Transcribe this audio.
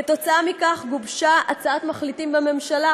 עקב כך גובשה הצעת מחליטים בממשלה.